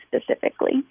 specifically